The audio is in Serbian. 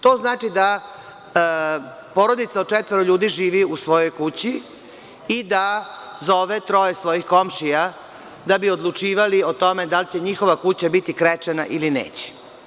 To znači da porodica od četvoro ljudi živi u svojoj kući i da zove troje svojih komšija da bi odlučivali o tome da li će njihova kuća biti krečena ili neće.